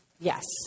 Yes